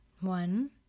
One